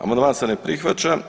Amandman se ne prihvaća.